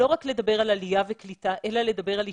לא רק לדבר על עלייה וקליטה אלא לדבר על השתלבות,